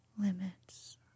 limits